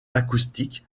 acoustique